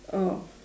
oh